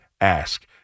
ask